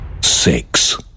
Six